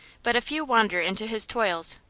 but a few wander into his toils,